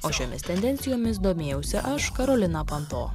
o šiomis tendencijomis domėjausi aš karolina panto